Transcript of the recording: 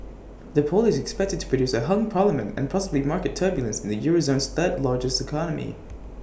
the poll is expected to produce A hung parliament and possibly market turbulence in the euro zone's third largest economy